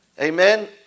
Amen